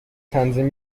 تنظیم